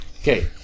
Okay